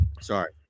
Sorry